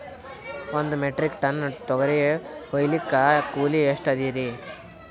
ಒಂದ್ metric tonne ತೊಗರಿ ಹೋಯಿಲಿಕ್ಕ ಕೂಲಿ ಎಷ್ಟ ಅದರೀ?